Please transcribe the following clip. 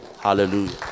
hallelujah